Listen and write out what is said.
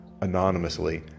anonymously